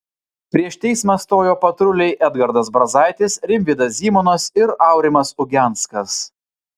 prieš teismą stojo patruliai edgaras brazaitis rimvydas zymonas ir aurimas ugenskas